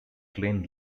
glenn